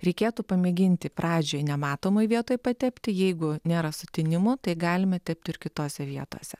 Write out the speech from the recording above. reikėtų pamėginti pradžioj nematomoj vietoj patepti jeigu nėra sutinimo tai galime tepti ir kitose vietose